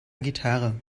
gitarre